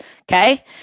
okay